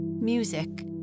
music